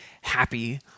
happy